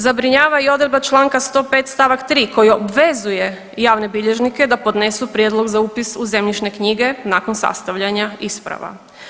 Zabrinjava i odredba Članka 105. stavak 3. koji obvezuje javne bilježnike da podnesu prijedlog za upis u zemljišne knjige nakon sastavljanja isprava.